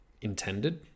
intended